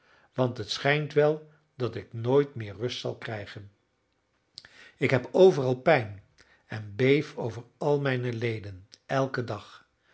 want het schijnt wel dat ik nooit meer rust zal krijgen ik heb overal pijn en beef over al mijne leden elken dag